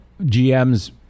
GM's